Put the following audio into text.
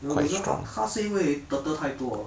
可是他他是因为 turtle 太多